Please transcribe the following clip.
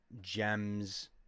gems